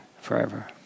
forever